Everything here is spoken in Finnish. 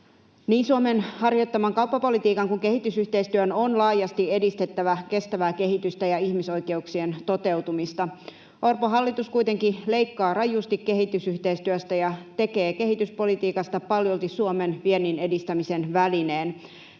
Niin Suomen harjoittaman kauppapolitiikan kuin kehitysyhteistyön on laajasti edistettävä kestävää kehitystä ja ihmisoikeuksien toteutumista. Orpon hallitus kuitenkin leikkaa rajusti kehitysyhteistyöstä ja tekee kehityspolitiikasta paljolti Suomen vienninedistämisen välineen.